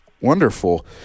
Wonderful